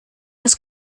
los